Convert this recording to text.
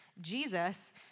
Jesus